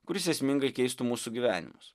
kuris esmingai keistų mūsų gyvenimus